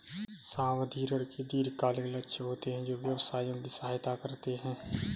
सावधि ऋण के दीर्घकालिक लक्ष्य होते हैं जो व्यवसायों की सहायता करते हैं